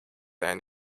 and